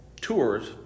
tours